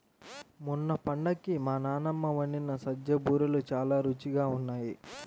మొన్న పండక్కి మా నాన్నమ్మ వండిన సజ్జ బూరెలు చాలా రుచిగా ఉన్నాయి